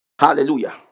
hallelujah